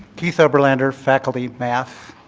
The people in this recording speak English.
keith oberlander, faculty, math.